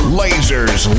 lasers